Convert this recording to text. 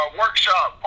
workshop